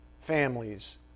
families